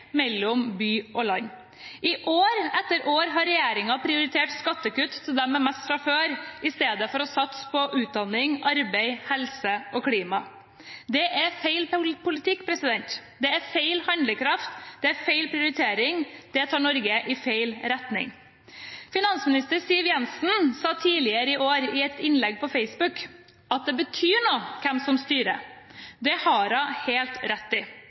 mellom by og land. I år etter år har regjeringen prioritert skattekutt til dem som har mest fra før, i stedet for å satse på utdanning, arbeid, helse og klima. Det er feil politikk. Det er feil handlekraft. Det er feil prioritering. Det tar Norge i feil retning. Finansminister Siv Jensen sa tidligere i år i et innlegg på Facebook at det betyr noe hvem som styrer. Det har hun helt rett i.